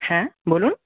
হ্যাঁ বলুন